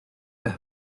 las